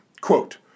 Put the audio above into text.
quote